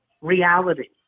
reality